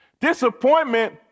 Disappointment